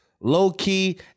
Low-Key